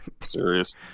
Serious